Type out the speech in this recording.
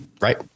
right